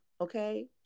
okay